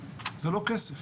זה לא כסף.